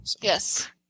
Yes